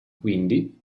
quindi